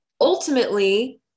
ultimately